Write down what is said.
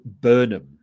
Burnham